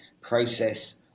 process